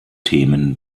themen